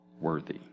worthy